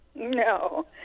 No